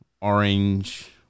orange